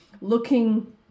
looking